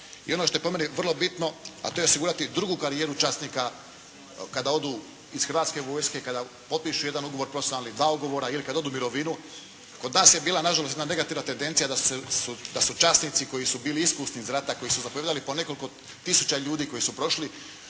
I ono što je po meni vrlo bitno a to je osigurati drugu karijeru časnika kada odu iz Hrvatske vojske, kada potpišu jedan ugovor profesionalni, dva ugovora, ili kada odu u mirovinu. Kod nas je bila nažalost jedna negativna tendencija da su časnici koji su bili iskusni iz rata, koji su zapovijedali po nekoliko tisuća ljudi, koji su prošli,